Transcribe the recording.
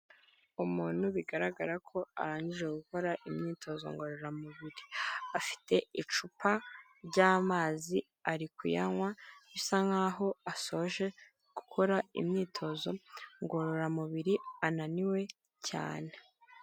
Umuntu bigaragara ko arangije gukora imyitozo ngororamubiri. Afite icupa ryamazi ari kuyanywa bisa nkaho asoje gukora imyitozo ngororamubiri ananiwe cyane.